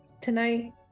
tonight